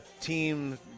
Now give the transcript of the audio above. team